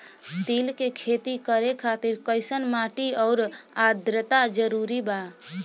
तिल के खेती करे खातिर कइसन माटी आउर आद्रता जरूरी बा?